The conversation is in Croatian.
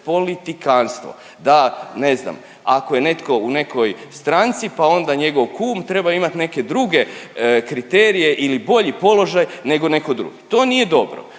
politikanstvo, da ne znam ako je netko u nekoj stranci pa onda njegov kum treba imat neke druge kriterije ili bolji položaj nego netko drugi. To nije dobro.